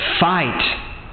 Fight